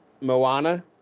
Moana